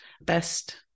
best